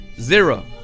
Zero